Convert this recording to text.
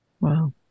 Wow